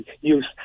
use